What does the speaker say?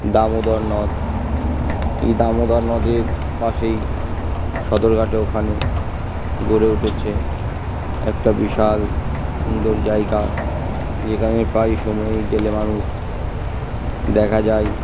দামোদর নদ এই দামোদর নদের পাশেই সদরঘাটে ওখানে গড়ে উঠেছে একটা বিশাল সুন্দর জায়গা যেখানে প্রায় সময়ে গেলে মানুষ দেখা যায়